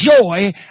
joy